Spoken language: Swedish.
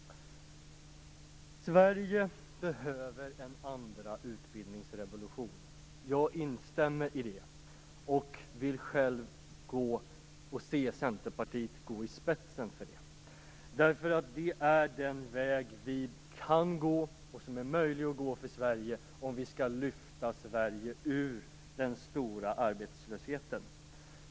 Sverige behöver en andra utbildningsrevolution. Det instämmer jag i, och jag vill se Centerpartiet gå i spetsen för det. Det är nämligen den väg som är möjlig att gå för Sverige om landet skall lyftas ur den stora arbetslösheten.